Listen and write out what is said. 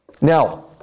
Now